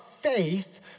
faith